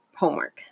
Homework